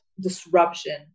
disruption